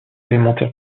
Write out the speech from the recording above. élémentaire